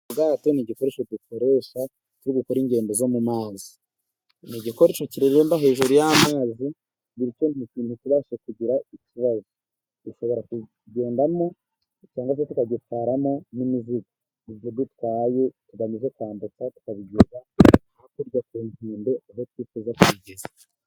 Ubwato nigikoresho dukoresho cyo gukora ingendo zo mu mazi, ni igikoresho kireremba hejuru y'amazigira ikindi kintu tubasha kugira ikibazo, dushobora kugendamo cyangwa se tukagitwaramo n'imizigo, ibyo dutwaye turabitambutsa tukabigeza hakurya kukembe aho twifuza kugera.